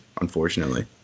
unfortunately